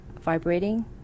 vibrating